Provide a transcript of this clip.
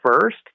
first